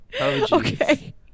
okay